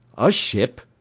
a ship?